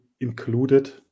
included